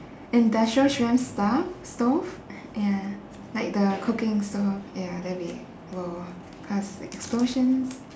industrial strength stove stove ya like the cooking stove ya that'll be !whoa! cause explosions